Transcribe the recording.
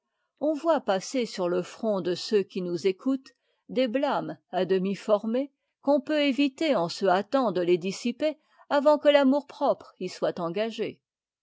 on voit passer sur le front de ceux qui nous écoutent des blâmes à demi formés qu'on peut éviter en se hâtant de les dissiper avant que l'amour-propre y soit engagé